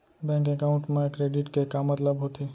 Bank account मा credit के का मतलब होथे?